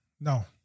No